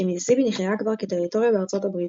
כשמיסיסיפי נכללה כבר כטריטוריה בארצות הברית,